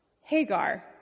Hagar